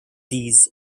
these